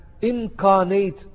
incarnate